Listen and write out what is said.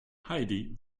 heidi